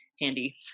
handy